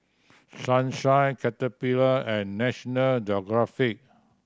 Sunshine Caterpillar and National Geographic